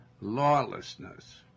lawlessness